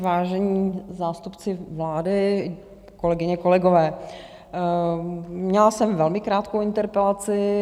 Vážení zástupci vlády, kolegyně, kolegové, měla jsem velmi krátkou interpelaci.